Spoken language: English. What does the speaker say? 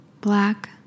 black